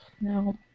no